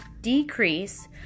decrease